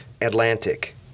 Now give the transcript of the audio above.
Atlantic